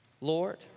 Lord